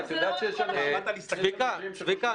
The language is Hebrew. זה